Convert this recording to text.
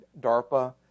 DARPA